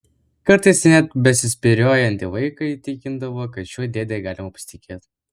kartais ja net besispyriojantį vaiką įtikindavo kad šiuo dėde galima pasitikėti